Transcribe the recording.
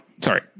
Sorry